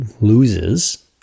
loses